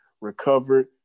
Recovered